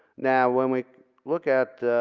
now when we look at